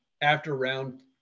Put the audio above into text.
after-round